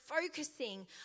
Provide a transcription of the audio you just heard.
focusing